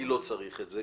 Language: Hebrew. כי לא צריך את זה,